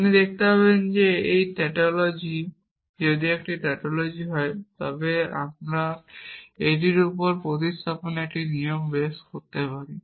আপনি দেখতে পাবেন যে এই টাউটোলজি এবং যদি এটি একটি টাউটোলজি হয় তবে আমরা এটির উপর প্রতিস্থাপনের একটি নিয়ম বেস করতে পারি